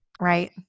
right